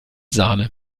sahne